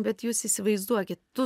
bet jūs įsivaizduokit tu